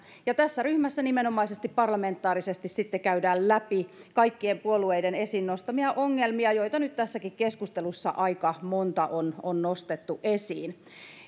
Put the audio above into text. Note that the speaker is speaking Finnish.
tässä ryhmässä nimenomaisesti parlamentaarisesti käydään läpi kaikkien puolueiden esiin nostamia ongelmia joita nyt tässäkin keskustelussa aika monta on on nostettu esiin